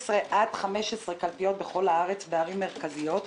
עד 15 קלפיות בערים מרכזיות בכל הארץ.